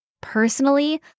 Personally